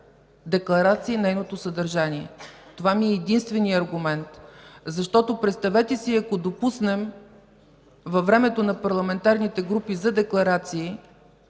декларация и нейното съдържание. Това ми е единственият аргумент. Представете си, ако допуснем във времето на парламентарните групи за декларации